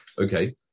Okay